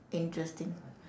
interesting